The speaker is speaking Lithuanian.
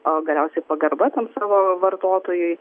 o galiausiai pagarba tam savo vartotojui